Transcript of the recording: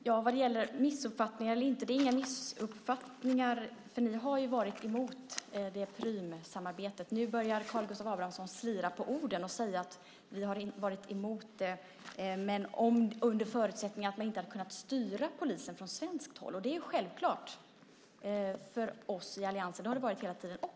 Herr talman! Vad gäller missuppfattning eller inte vill jag säga att det inte är någon missuppfattning. Ni har ju varit emot Prümsamarbetet. Nu börjar Karl Gustav Abramsson slira på orden och säga att ni inte har varit emot det under förutsättning att man har kunnat styra polisen från svenskt håll. Det är ju självklart för oss i alliansen. Det har det varit hela tiden.